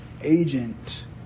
agent